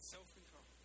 Self-control